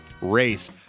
race